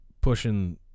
pushing